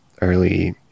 Early